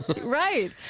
Right